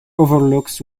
overlooks